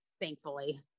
thankfully